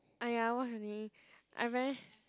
!aiya! wash only I very